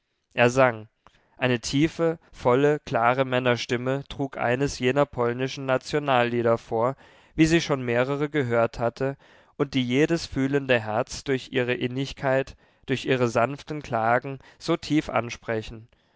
er sang eine tiefe volle klare männerstimme trug eines jener polnischen nationallieder vor wie sie schon mehrere gehört hatte und die jedes fühlende herz durch ihre innigkeit durch ihre sanften klagen so tief ansprechen